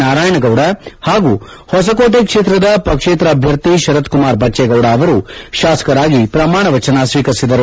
ನಾರಾಯಣಗೌದ ಹಾಗೂ ಹೊಸಕೋಟೆ ಕ್ಷೇತ್ರದ ಪಕ್ಷೇತರ ಅಭ್ಯರ್ಥಿ ಶರತ್ ಕುಮಾರ್ ಬಚ್ಚೇಗೌಡ ಅವರು ಶಾಸಕರಾಗಿ ಪ್ರಮಾಣ ವಚನ ಸ್ವೀಕರಿಸಿದರು